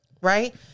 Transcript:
Right